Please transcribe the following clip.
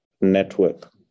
network